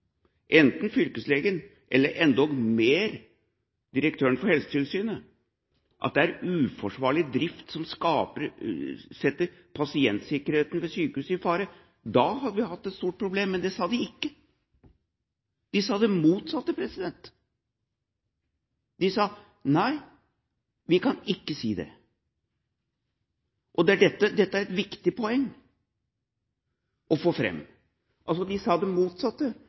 enten fylkeslegen, eller endog direktøren for Helsetilsynet – at det er uforsvarlig drift som setter pasientsikkerheten ved sykehuset i fare, hadde vi hatt et stort problem. Men det sa de ikke, de sa det motsatte. De sa: Nei, vi kan ikke si det. Dette er et viktig poeng å få fram – de sa det motsatte.